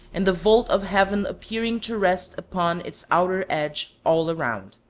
and the vault of heaven appearing to rest upon its outer edge all around.